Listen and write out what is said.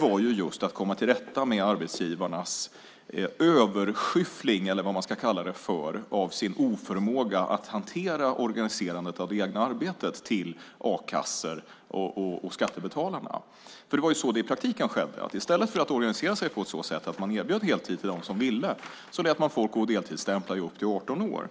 var just att komma till rätta med arbetsgivarnas överskyffling, eller vad man ska kalla det, av sin oförmåga att hantera organiserandet av det egna arbetet till a-kassorna och skattebetalarna. Det var så det i praktiken gick till. I stället för att organisera sig på så sätt att man erbjöd heltid till dem som ville ha det lät man folk gå och deltidsstämpla i upp till 18 år.